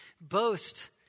boast